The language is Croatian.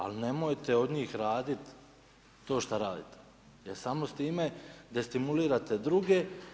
Ali nemojte od njih raditi to što raditi jer samo s time destimulirate druge.